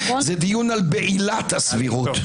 זה דיון על בעילת הסבירות.